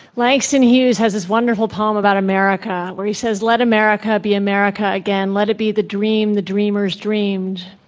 langston hughes has this wonderful poem about america where he says, let america be america again. let it be the dream the dreamers dreamed.